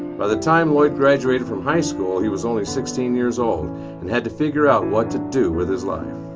by the time lloyd graduated from high school he was only sixteen years old and had to figure out what to do with his life.